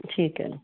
ਠੀਕ ਹੈ